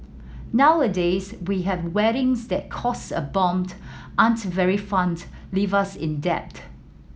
nowadays we have weddings that cost a bombed aren't very fined and leave us in debt